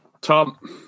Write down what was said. Tom